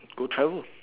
go travel